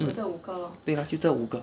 mm 对 lor 就这五个